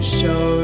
show